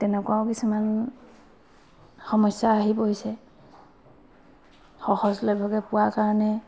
তেনেকুৱাও কিছুমান সমস্যা আহি পৰিছে সহজলভ্যকে পোৱা কাৰণে